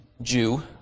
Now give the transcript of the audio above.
Jew